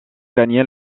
gagner